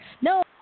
No